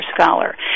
scholar